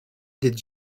did